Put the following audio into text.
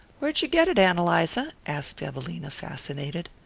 where'd you get it, ann eliza? asked evelina, fascinated.